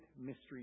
mystery